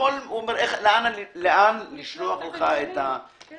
שאלו אותי לאן אני רוצה שישלחו לי את החשבונית.